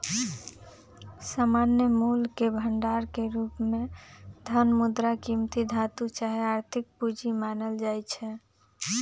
सामान्य मोलके भंडार के रूप में धन, मुद्रा, कीमती धातु चाहे आर्थिक पूजी मानल जाइ छै